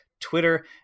twitter